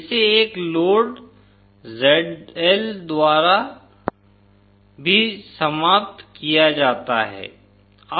इसे एक load ZL द्वारा भी समाप्त किया जाता है